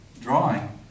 drawing